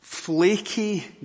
flaky